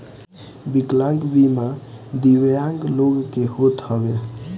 विकलांग बीमा दिव्यांग लोग के होत हवे